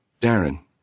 Darren